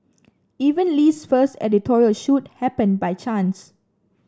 even Lee's first editorial shoot happened by chance